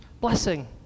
blessing